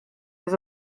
was